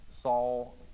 Saul